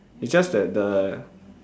it's just that the